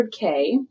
100K